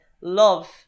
love